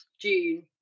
June